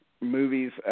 movies